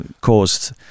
caused